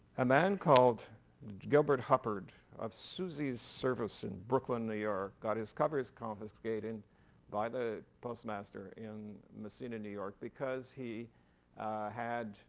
a man called gilbert hubbard of susie's service in brooklyn, new york got his covers confiscated by the postmaster in massena, new york because he had